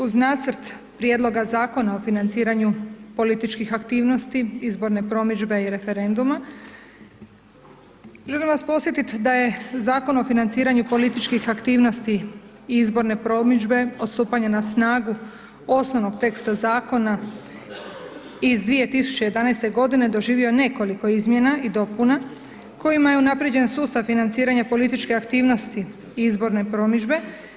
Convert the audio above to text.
Uz nacrt prijedloga Zakona o financiranju političkih aktivnosti, izborne promidžbe i referenduma, želim vas podsjetiti da je Zakon o financiranju političkih aktivnosti i izborne promidžbe od stupanja na snagu osnovnog teksta Zakona iz 2011.-te godine doživio nekoliko izmjena i dopuna kojima je unaprijeđen sustav financiranja političke aktivnosti i izborne promidžbe.